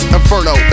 Inferno